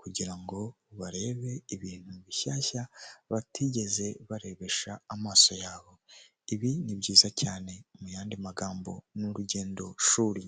kugira ngo barebe ibintu bishyashya batigeze barebesha amaso yabo, ibi ni byiza cyane mu yandi magambo n'urugendo shuri.